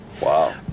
Wow